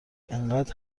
اینقد